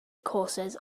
courses